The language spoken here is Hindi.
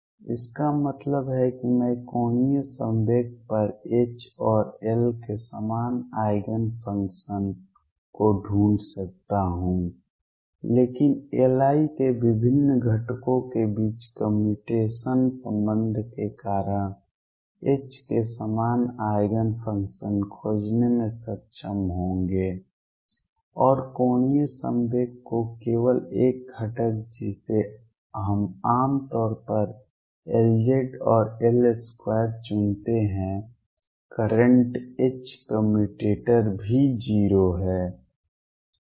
इसका मतलब है कि मैं कोणीय संवेग पर H और L के समान आइगेन फंक्शन को ढूंढ सकता हूं लेकिन Li के विभिन्न घटकों के बीच कम्यूटेशन संबंध के कारण H के समान आइगेन फंक्शन खोजने में सक्षम होंगे और कोणीय संवेग का केवल एक घटक जिसे हम आमतौर पर Lz और L2 चुनते हैं करंट H कम्यूटेटर भी 0 है